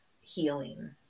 healing